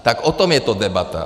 Tak o tom je to debata.